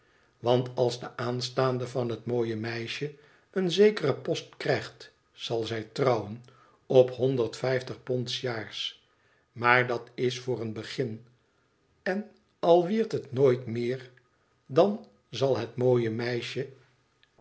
want als de aanstaande van het mooie meisje een zekeren post krijgt zal zij trouwen op honderd vijftig pond s jaars maar dat is voor een begin en al wierd het nooit meer dan zal het mooie meisje